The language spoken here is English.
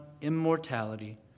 immortality